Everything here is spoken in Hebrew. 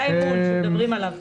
זה האמון שמדברים עליו.